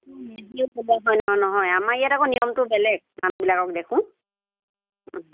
হয় নহয় নহয় আমাৰ ইয়াত আকৌ নিয়মটো বেলেগ মানুহবিলাকক দেখোঁ